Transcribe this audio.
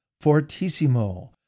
Fortissimo